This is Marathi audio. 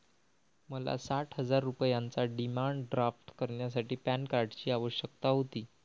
मला साठ हजार रुपयांचा डिमांड ड्राफ्ट करण्यासाठी पॅन कार्डची आवश्यकता होती